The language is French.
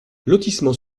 lotissement